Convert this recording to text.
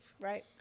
Right